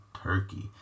turkey